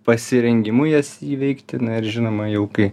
pasirengimu jas įveikti ir žinoma jau kai